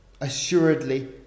Assuredly